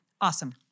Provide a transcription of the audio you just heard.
awesome